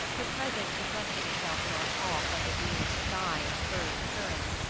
her presence reflecting itself in our talk like a gleam of sky in a hurrying current,